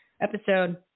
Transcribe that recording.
episode